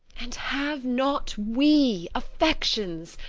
and have not we affections,